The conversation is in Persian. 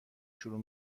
شروع